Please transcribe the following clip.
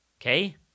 Okay